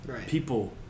people